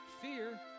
fear